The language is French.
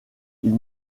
ils